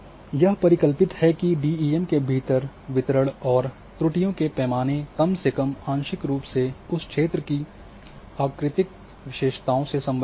यह परिकल्पित है कि डीईएम के भीतर वितरण और त्रुटियों के पैमाने कम से कम आंशिक रूप से उस क्षेत्र की आकृतिक विशेषताओं से संबंधित है